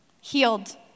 Healed